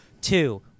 Two